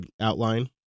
outline